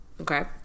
Okay